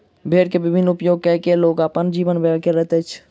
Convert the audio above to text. भेड़ के विभिन्न उपयोग कय के लोग अपन जीवन व्यय करैत अछि